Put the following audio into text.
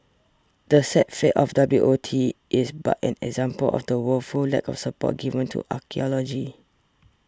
the sad fate of W O T is but an example of the woeful lack of support given to archaeology